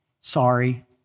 sorry